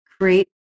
create